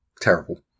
terrible